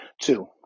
Two